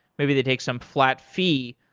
maybe they take some flat fee,